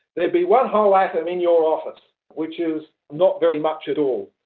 there'd be one whole atom in your office, which is not very much at all.